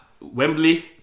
Wembley